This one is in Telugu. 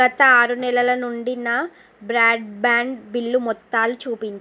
గత ఆరు నెలల నుండి నా బ్రాడ్బ్యాండ్ బిల్లు మొత్తాలు చూపించు